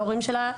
ושל ההורים שלהם,